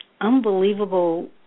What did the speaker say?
unbelievable